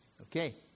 Okay